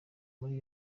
muri